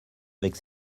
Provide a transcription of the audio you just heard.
avec